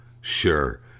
sure